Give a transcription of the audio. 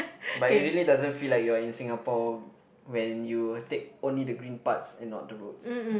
but it really doesn't feel like you're in Singapore when you take only the green parts and not the roads